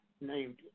named